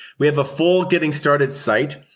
we have a full getting-started site,